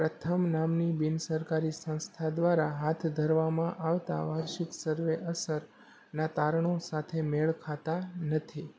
પ્રથમ નામની બિનસરકારી સંસ્થા દ્વારા હાથ ધરવામાં આવતા વાર્ષિક સર્વે અસર ના તારણો સાથે મેળ ખાતા નથી